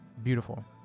Beautiful